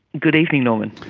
good evening, norman.